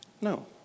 No